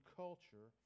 culture